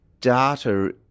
Data